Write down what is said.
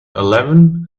eleven